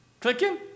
Clicking